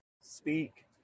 speak